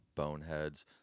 boneheads